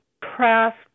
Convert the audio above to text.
craft